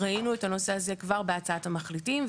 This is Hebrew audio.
ראינו את הנושא הזה כבר בהצעת המחליטים,